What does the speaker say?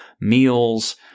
meals